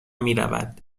میرود